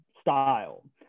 style